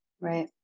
Right